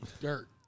dirt